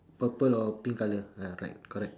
purple or pink colour ya right correct